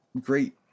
great